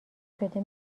شده